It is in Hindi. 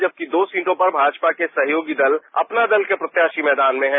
जबकि दो सीटों पर भाजपा के सहयोगी दल अपना दल के प्रत्याशी मैदान में हैं